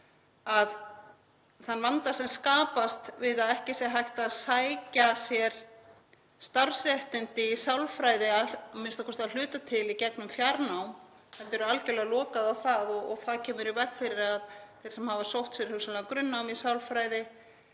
þann vanda sem skapast við það að ekki sé hægt að sækja sér starfsréttindi í sálfræði a.m.k. að hluta til í gegnum fjarnám. Það er algjörlega lokað á það og það kemur í veg fyrir að þeir sem hafa sótt sér hugsanlega grunnnám í sálfræði